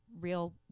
real